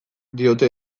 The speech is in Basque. diote